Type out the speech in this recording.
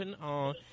on